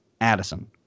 Addison